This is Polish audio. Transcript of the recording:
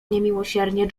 niemiłosiernie